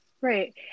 Right